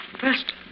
first